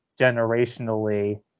generationally